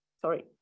sorry